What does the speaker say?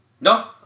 No